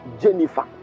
Jennifer